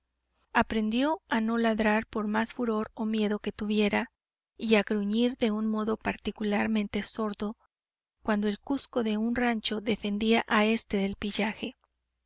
aprendió a no ladrar por más furor o miedo que tuviera y a gruñir de un modo particularmente sordo cuando el cuzco de un rancho defendía a éste del pillaje